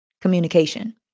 communication